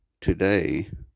today